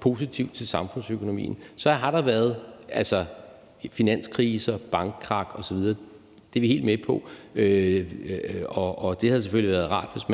positivt til samfundsøkonomien. Så har der været finanskriser, bankkrak osv. Det er vi helt med på. Det havde selvfølgelig været rart, hvis